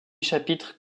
chapitres